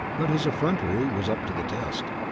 but his effrontery was up to the test.